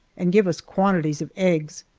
and give us quantities of eggs.